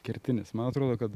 kertinis man atrodo kad